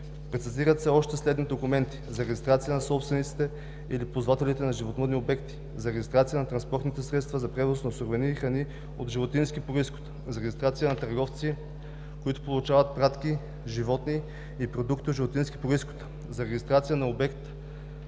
Прецизират се още следните документи: за регистрация на собствениците или ползвателите на животновъдни обекти; за регистрация на транспортните средства за превоз на суровини и храни от животински произход; за регистрация на търговци, които получават пратки, животни и продукти от животински произход; за регистрация на обекти